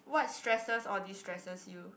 what stresses or distresses you